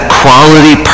quality